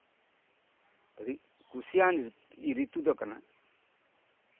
ᱠᱩᱥᱤᱭᱟᱱ ᱨᱤᱛᱩ ᱫᱚ ᱠᱟᱱᱟ